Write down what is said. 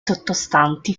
sottostanti